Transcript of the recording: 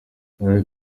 hillary